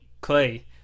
Clay